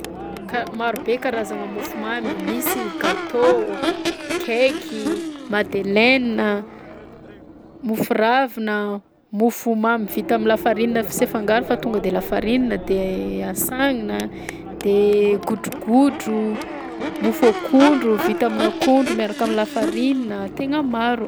Ka- marobe karazagna mofomamy misy gâteau, cake i, madeleine a, mofo ravina, mofomamy vita am'lafarinina f- sy afangaro fa tonga de lafarinina de asagnina, de godrogodro, mofo akondro vita amin'akondro miaraka am'lafarinina, tegna maro.